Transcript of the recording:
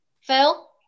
Phil